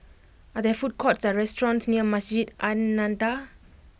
are there food courts or restaurants near Masjid An Nahdhah